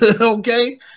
Okay